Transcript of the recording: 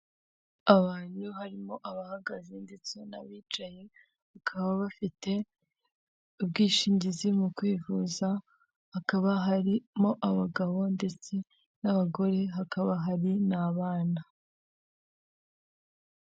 Abantu harimo abahagaze ndetse n'abicaye bakaba bafite ubwishingizi mu kwivuza, hakaba harimo abagabo ndetse n'abagore hakaba hari n'abana.